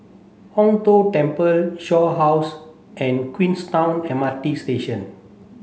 Hong Tho Temple Shaw House and Queenstown M R T Station